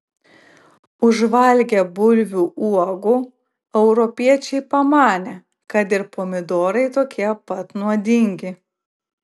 užvalgę bulvių uogų europiečiai pamanė kad ir pomidorai tokie pat nuodingi